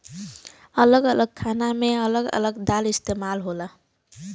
अलग अलग खाना मे अलग अलग दाल इस्तेमाल होला